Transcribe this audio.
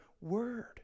word